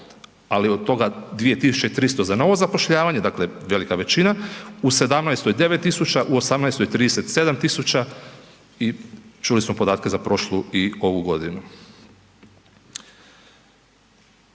ali od toga 2.300 za novo zapošljavanje, dakle velika većina, a u '17. 9.000, u '18. 37.000 i čuli smo podatke za prošlu i ovu godinu.